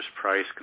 price